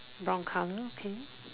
brown colour okay